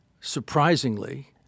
surprisingly